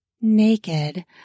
Naked